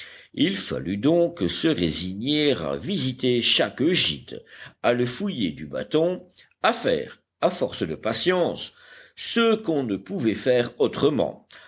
il fallut donc se résigner à visiter chaque gîte à le fouiller du bâton à faire à force de patience ce qu'on ne pouvait faire autrement